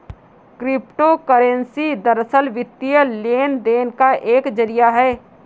crypto currency दरअसल, वित्तीय लेन देन का एक जरिया है